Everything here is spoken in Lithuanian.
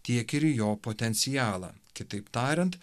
tiek ir į jo potencialą kitaip tariant